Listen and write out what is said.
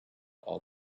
all